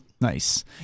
Nice